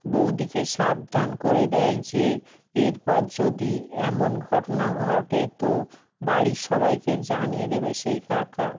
বৌদিকে সাবধান করে দেয় যে এরপর যদি এমন ঘটনা ঘটে তো বাড়ির সবাইকে জানিয়ে দেবে সেই কাকা